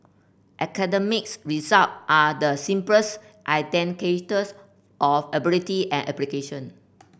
academics result are the simplest indicators of ability and application